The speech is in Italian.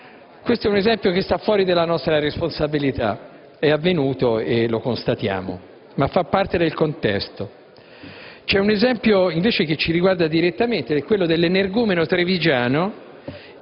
Questo è un esempio che sta fuori della nostra responsabilità: è avvenuto e lo constatiamo, ma fa parte del contesto. C'è un esempio invece che ci riguarda direttamente. Mi riferisco all'energumeno trevigiano